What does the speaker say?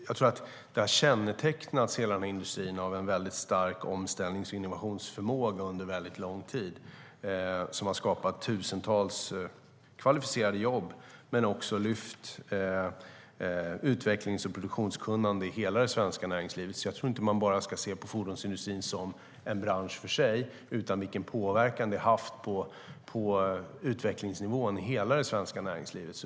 Jag tror att hela den här industrin har kännetecknats av en stark omställnings och innovationsförmåga under väldigt lång tid, vilket inte bara har skapat tusentals kvalificerade jobb utan också lyft utvecklings och produktionskunnandet i hela det svenska näringslivet. Jag tror alltså inte att man ska se fordonsindustrin enbart som en bransch för sig utan även se vilken påverkan den har haft på utvecklingsnivån i hela det svenska näringslivet.